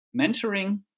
mentoring